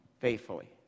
faithfully